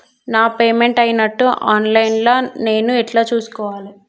నా పేమెంట్ అయినట్టు online లా నేను ఎట్ల చూస్కోవాలే?